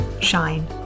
Shine